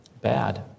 bad